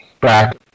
back